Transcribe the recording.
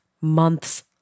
months